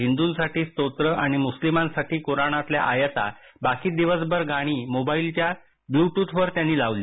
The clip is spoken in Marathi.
हिंदूंसाठी स्तोत्रं आणि मुस्लिमांसाठी कुराणातल्या आयताबाकी दिवसभर गाणी मोबाईलच्या ब्लू टूथवर लावली